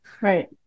right